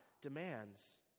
demands